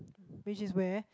which is where